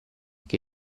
che